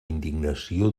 indignació